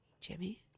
Jimmy